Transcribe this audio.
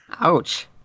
Ouch